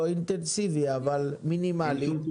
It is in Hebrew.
לא אינטנסיבי, אבל מינימאלי.